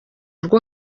rwo